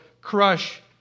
crush